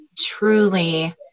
truly